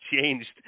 changed